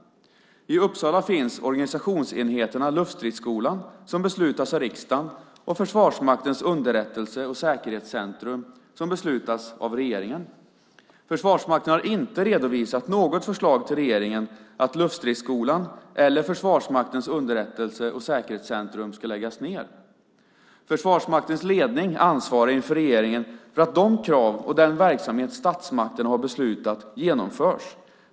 I Uppsala finns organisationsenheterna Luftstridsskolan, som beslutas av riksdagen, och Försvarsmaktens underrättelse och säkerhetscentrum, som beslutas av regeringen. Försvarsmakten har inte redovisat något förslag till regeringen att Luftstridsskolan eller Försvarsmaktens underrättelse och säkerhetscentrum ska läggas ned. Försvarsmaktens ledning ansvarar inför regeringen för att de krav och den verksamhet statsmakterna har beslutat genomförs.